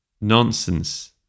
nonsense